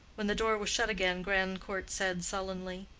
when the door was shut again grandcourt said sullenly,